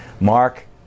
Mark